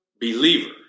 believer